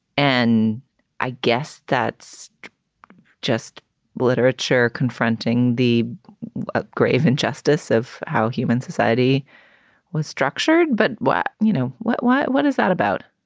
and i guess that's just literature confronting the ah grave injustice of how human society was structured. but what you know, what what what is that about?